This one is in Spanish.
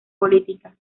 política